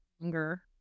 longer